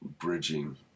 bridging